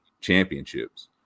championships